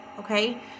Okay